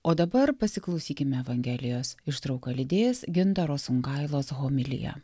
o dabar pasiklausykime evangelijos ištrauką lydės gintaro sungailos homilija